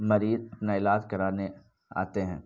مریض اپنا علاج کرانے آتے ہیں